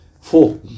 Four